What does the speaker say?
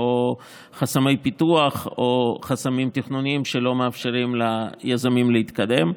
או חסמי פיתוח או חסמים תכנוניים שלא מאפשרים ליזמים להתקדם.